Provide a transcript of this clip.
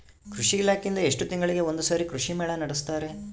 ಕೃಷಿ ಇಲಾಖೆಯಿಂದ ಎಷ್ಟು ತಿಂಗಳಿಗೆ ಒಂದುಸಾರಿ ಕೃಷಿ ಮೇಳ ನಡೆಸುತ್ತಾರೆ?